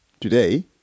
today